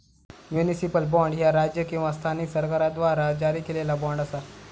municipal bond, ह्या राज्य किंवा स्थानिक सरकाराद्वारा जारी केलेला बॉण्ड असा